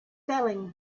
selling